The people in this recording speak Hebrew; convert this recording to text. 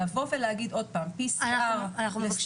לבוא ולהגיד עוד פעם PCR לסטודנטים,